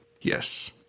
Yes